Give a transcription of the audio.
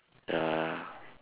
ya